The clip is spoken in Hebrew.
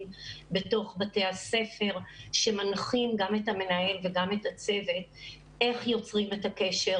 בתוך בתי הספר שמנחים גם את המנהל וגם את הצוות איך יוצרים את הקשר,